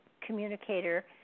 communicator